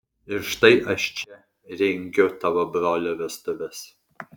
ir štai aš čia rengiu tavo brolio vestuves